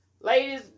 Ladies